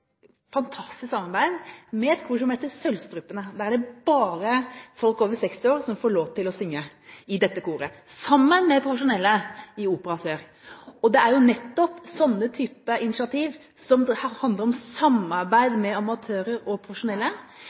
fantastisk samarbeid med et kor som heter Sølvstrupene. Det er bare folk over 60 år som får lov til å synge i dette koret – og her sammen med profesjonelle i Opera Sør. Det er jo nettopp sånne initiativ, som handler om samarbeid mellom amatører og profesjonelle,